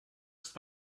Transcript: ist